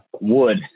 wood